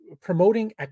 promoting